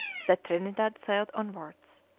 the trinidad sailed onwards.